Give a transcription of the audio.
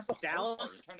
Dallas